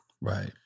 Right